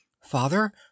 father